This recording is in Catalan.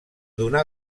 donar